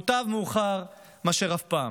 ומוטב מאוחר מאשר אף פעם.